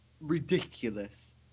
Ridiculous